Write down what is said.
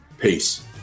Peace